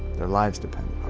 their lives depended